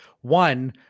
one